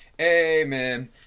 Amen